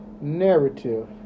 narrative